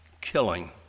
killing